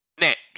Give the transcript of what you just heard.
Next